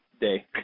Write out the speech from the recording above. day